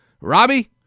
Robbie